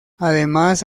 además